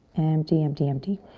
empty, empty, empty.